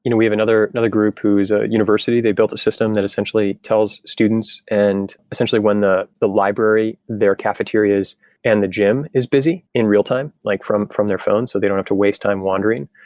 you know we have another another group who is a university. they built a system that essentially tells students, and essentially when the the library, their cafeterias and the gym is busy in real time like from from their phones so they don't have to waste time wondering.